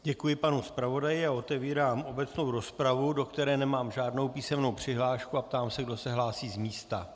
Děkuji panu zpravodaji a otevírám obecnou rozpravu, do které nemám žádnou písemnou přihlášku, a ptám se, kdo se hlásí z místa.